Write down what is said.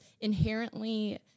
inherently